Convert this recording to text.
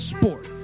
sport